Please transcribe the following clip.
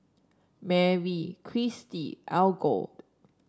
Merrie Cristy Algot